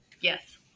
Yes